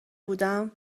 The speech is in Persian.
بودم